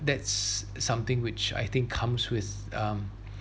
that's something which I think comes with um